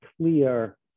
clear